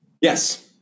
yes